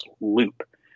loop